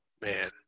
Man